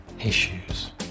issues